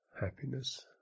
happiness